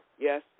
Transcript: yes